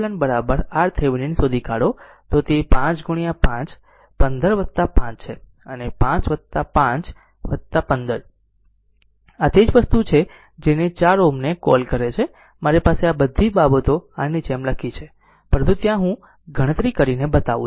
તેથી જો Req R Thevenin શોધી કાઢો તો તે 5 5 15 5 છે અને 5 5 15 આ તે જ વસ્તુ છે જેને 4Ω કોલ કરે છે મારી પાસે આ બધી બાબતો આ ની જેમ લખી છે પરંતુ ત્યાં હું ગણતરી બતાવું છું